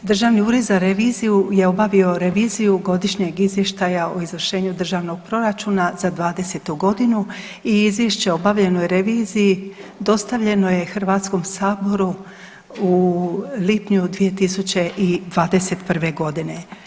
Državni ured za reviziju je obavio reviziju Godišnjeg izvještaja o izvršenju Državnog proračuna za 20. godinu i Izvješće o obavljenoj reviziji dostavljeno je Hrvatskom saboru u lipnju 2021. godine.